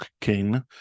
King